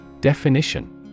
Definition